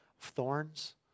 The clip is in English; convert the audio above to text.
thorns